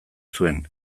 zuen